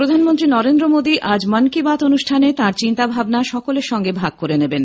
প্রধানমন্ত্রী নরেন্দ্র মোদী আজ মন কি বাত অনুষ্ঠানে তাঁর চিন্তাভাবনা সকলের সঙ্গে ভাগ করে নেবেন